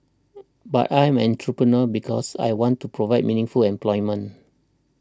but I'm an entrepreneur because I want to provide meaningful employment